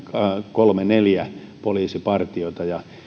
kolme viiva neljä poliisipartiota